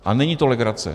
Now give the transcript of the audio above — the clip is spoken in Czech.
A není to legrace.